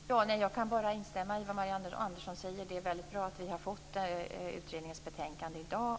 Fru talman! Jag kan bara instämma i vad Marianne Andersson säger. Det är väldigt bra att vi har fått utredningens betänkande i dag.